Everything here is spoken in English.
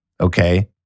Okay